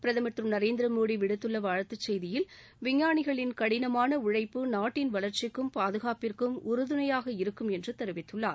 பிரதமர் திரு நரேந்திர மோடி விடுத்துள்ள வாழ்த்துச் செய்தியில் விஞ்ஞானிகளின் கடினமான உழைப்பு நாட்டின் வளர்ச்சிக்கும் பாதுகாப்பிற்கும் உறுதுணையாக இருக்கும் என்று தெரிவித்துள்ளார்